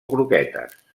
croquetes